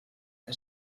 que